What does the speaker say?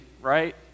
right